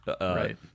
right